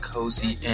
Cozy